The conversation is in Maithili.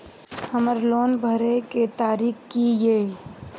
हमर लोन भरय के तारीख की ये?